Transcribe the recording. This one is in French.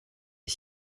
est